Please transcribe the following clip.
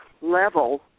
level